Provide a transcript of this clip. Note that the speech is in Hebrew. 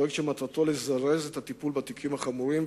שמטרתו זירוז הטיפול בתיקים החמורים,